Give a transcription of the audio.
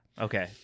okay